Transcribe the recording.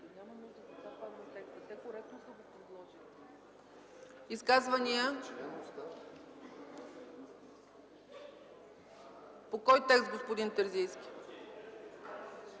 Изказвания? По кой текст, господин Терзийски?